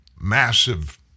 massive